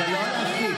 אבל לא להשתיק.